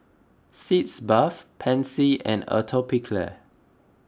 Sitz Bath Pansy and Atopiclair